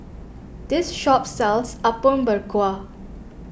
this shop sells Apom Berkuah